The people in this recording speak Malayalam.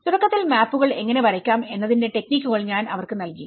തുടക്കത്തിൽ മാപ്പുകൾ എങ്ങനെ വരയ്ക്കാം എന്നതിന്റെ ടെക്നിക്കുകൾ ഞാൻ അവർക്ക് നൽകി